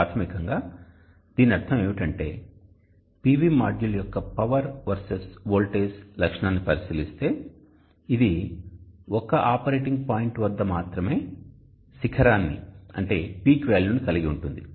ప్రాథమికంగా దీని అర్థం ఏమిటంటే PV మాడ్యూల్ యొక్క పవర్ వర్సెస్ వోల్టేజ్ లక్షణాన్ని పరిశీలిస్తే ఇది ఒక్క ఆపరేటింగ్ పాయింట్ వద్ద మాత్రమే అత్యధిక విలువ కలిగి ఉంటుంది